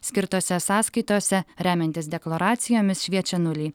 skirtose sąskaitose remiantis deklaracijomis šviečia nuliai